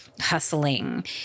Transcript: hustling